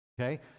okay